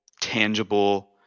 tangible